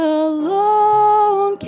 alone